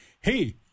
Hey